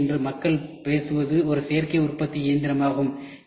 எனவே இன்று மக்கள் பேசுவது ஒரு சேர்க்கை உற்பத்தி இயந்திரமாகும்